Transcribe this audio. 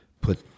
put